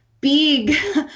big